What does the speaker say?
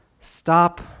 stop